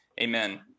amen